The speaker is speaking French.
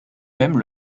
mêmes